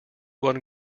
won